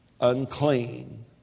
unclean